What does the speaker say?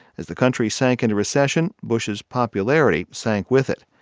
as the country sank into recession, bush's popularity sank with it.